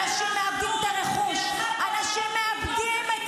בנימין נתניהו הוא מי שהחליט להעמיד את